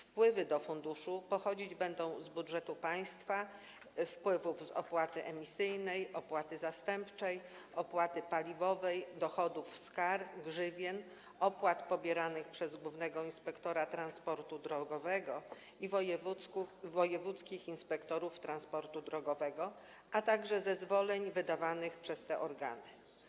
Wpływy do funduszu pochodzić będą z budżetu państwa, wpływów z opłaty emisyjnej, opłaty zastępczej, opłaty paliwowej, dochodów z kar, grzywien, opłat pobieranych przez głównego inspektora transportu drogowego i wojewódzkich inspektorów transportu drogowego, a także z zezwoleń wydawanych przez te organy.